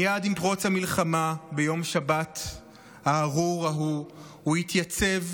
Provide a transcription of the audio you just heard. מייד עם פרוץ המלחמה ביום שבת הארור ההוא הוא התייצב,